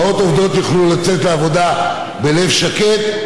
אימהות עובדות יוכלו לצאת לעבודה בלב שקט,